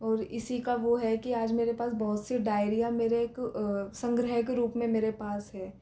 और इसी का वो है की आज मेरे पास बहुत सी डायरीयाँ मेरे संग्रह के रूप मे मेरे पास है